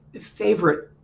favorite